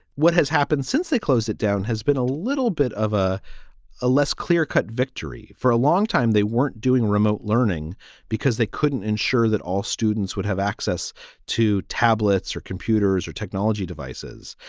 what has happened since they closed it down has been a little bit of ah a less clear cut victory for a longtime. they weren't doing remote learning because they couldn't ensure that all students would have access to tablets or computers or technology devices.